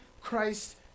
Christ